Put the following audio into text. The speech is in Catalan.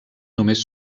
només